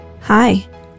Hi